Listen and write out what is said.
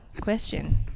question